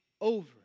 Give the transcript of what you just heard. over